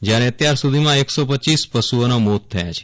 જ્યારે અત્યાર સુધીમાં એક સો પચ્ચીસ પશુઓના મોત થયા છે